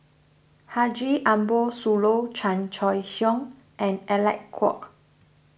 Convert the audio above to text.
Haji Ambo Sooloh Chan Choy Siong and Alec Kuok